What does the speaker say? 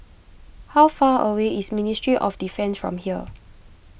how far away is Ministry of Defence from here